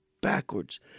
backwards